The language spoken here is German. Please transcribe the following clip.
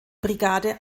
brigade